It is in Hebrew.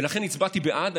ולכן הצבעתי בעד.